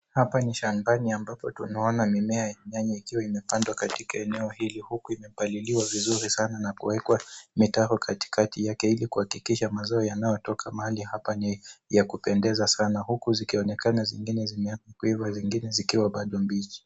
Hapa ni shambani amabapo tunaona mimea ya nyanya ikiwa imepandwa katika eneo hili, huku imepaliliwa vizuri sana na kuwekwa mitaro katikati yake ili kuhakikisha mazao yanayotoka mahali hapa ni ya kupendeza sana, huku zikionekana zingine zimeiva na zingine zikiwa bado mbichi.